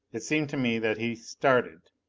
it seemed to me that he started,